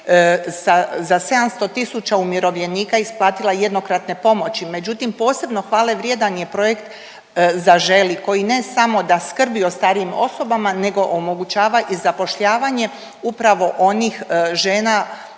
za 700 tisuća umirovljenika isplatila jednokratne pomoći, međutim posebno hvale vrijedan je projekt Zaželi, koji ne samo da skrbi o starijim osobama nego omogućava i zapošljavanje upravo onih žena